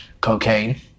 cocaine